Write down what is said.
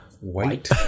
White